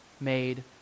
made